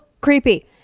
creepy